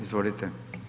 Izvolite.